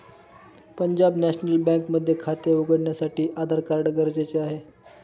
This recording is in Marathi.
पंजाब नॅशनल बँक मध्ये खाते उघडण्यासाठी आधार कार्ड गरजेचे आहे